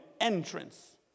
entrance